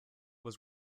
was